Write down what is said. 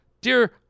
dear